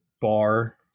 bar